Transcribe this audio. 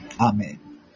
Amen